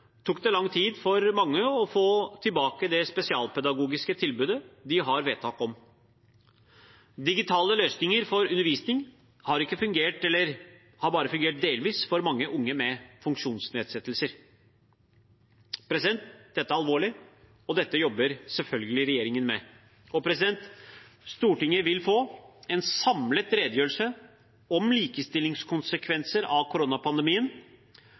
tok det lang tid for mange å få tilbake det spesialpedagogiske tilbudet de har vedtak om. Digitale løsninger for undervisning har ikke fungert, eller har bare fungert delvis, for mange unge med funksjonsnedsettelser. Dette er alvorlig, og dette jobber selvfølgelig regjeringen med. Stortinget vil få en samlet redegjørelse om likestillingskonsekvenser av koronapandemien